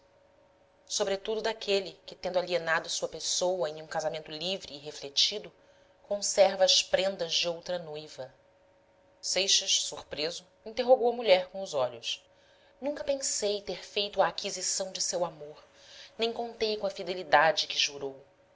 sobretudo daquele que tendo alienado sua pessoa em um casamento livre e refletido conserva as prendas de outra noiva seixas surpreso interrogou a mulher com os olhos nunca pensei ter feito a aquisição de seu amor nem contei com a fidelidade que jurou